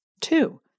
Two